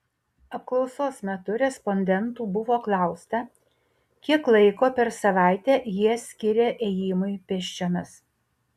apklausos metu respondentų buvo klausta kiek laiko per savaitę jie skiria ėjimui pėsčiomis